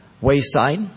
wayside